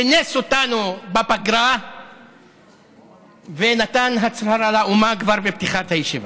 כינס אותנו בפגרה ונתן הצהרה לאומה כבר בפתיחת הישיבה.